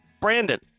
Brandon